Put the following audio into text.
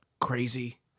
crazy